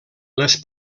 les